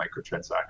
microtransactions